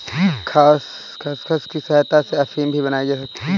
खसखस की सहायता से अफीम भी बनाई जा सकती है